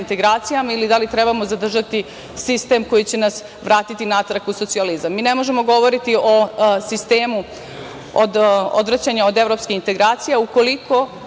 ili da li trebamo zadržati sistem koji će nas vratiti natrag u socijalizam. Mi ne možemo govoriti o sistemu odvraćanja od evropskih integracija, ukoliko